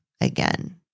again